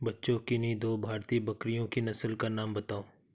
बच्चों किन्ही दो भारतीय बकरियों की नस्ल का नाम बताओ?